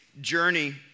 journey